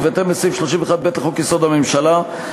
ובהתאם לסעיף 31(ב) לחוק-יסוד: הממשלה,